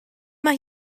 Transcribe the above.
mae